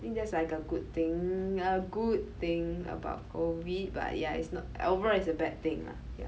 think that's like a good thing a good thing about COVID but yeah it's not overall is a bad thing ah ya